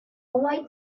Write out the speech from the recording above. white